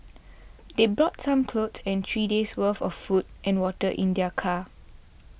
they brought some clothes and three days' worth of food and water in their car